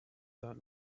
that